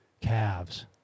calves